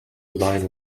line